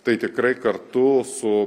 tai tikrai kartu su